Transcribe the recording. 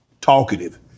talkative